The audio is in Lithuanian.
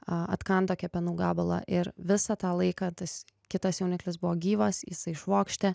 atkando kepenų gabalą ir visą tą laiką tas kitas jauniklis buvo gyvas jisai švokštė